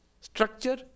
Structure